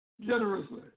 generously